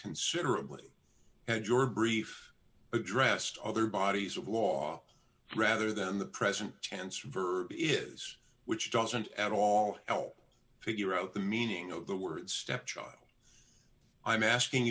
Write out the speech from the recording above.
considerably and your brief addressed other bodies of law rather than the present tense verb is which doesn't at all help figure out the meaning of the word stepchild i'm asking